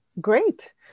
Great